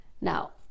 Now